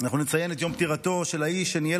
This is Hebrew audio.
אנחנו נציין את יום פטירתו של האיש שניהל